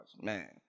Man